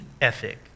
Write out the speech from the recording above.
ethic